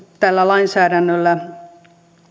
tällä lainsäädännöllä